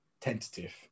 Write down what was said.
tentative